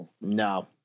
No